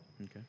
Okay